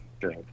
Sure